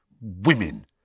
Women